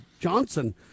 Johnson